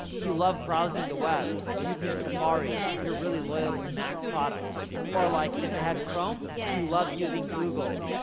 you love browsing the web using safari, you're really loyal to mac products or like if they had chrome, you love using google,